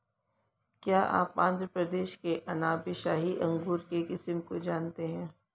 क्या आप आंध्र प्रदेश के अनाब ए शाही अंगूर के किस्म को जानते हैं?